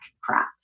crap